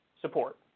support